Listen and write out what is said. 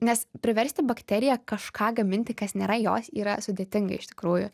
nes priversti bakteriją kažką gaminti kas nėra jos yra sudėtinga iš tikrųjų